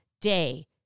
day